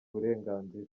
uburenganzira